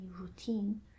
routine